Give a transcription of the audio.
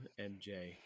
MJ